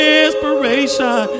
inspiration